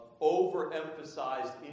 overemphasized